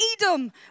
Edom